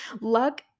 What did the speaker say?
luck